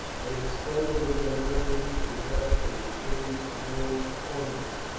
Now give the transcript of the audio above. they disposed of them readily to beric in exchange for gold ornaments,